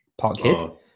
Parkhead